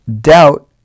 Doubt